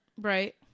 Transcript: right